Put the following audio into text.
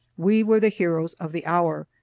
we were the heroes of the hour.